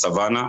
מסוואנה.